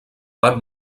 van